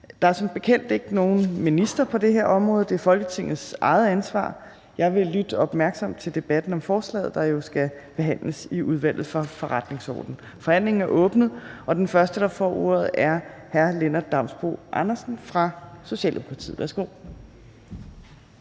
Der er som bekendt ikke nogen minister på det her område; det er Folketingets eget ansvar. Jeg vil lytte opmærksomt til debatten om forslaget, der jo skal behandles i Udvalget for Forretningsordenen. Forhandlingen er åbnet, og den første, der får ordet, er hr. Lennart Damsbo-Andersen fra Socialdemokratiet. Værsgo.